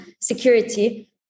security